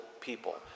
people